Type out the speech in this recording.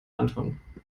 anton